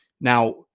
Now